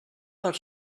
per